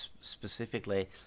specifically